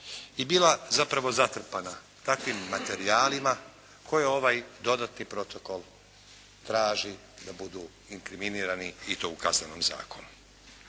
i bila zapravo zatrpana takvim materijalima koje ovaj dodatni protokol traži da budu inkriminirani i to u Kaznenom zakonu.